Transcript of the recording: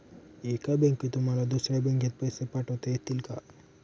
एका बँकेतून मला दुसऱ्या बँकेत पैसे पाठवता येतील का?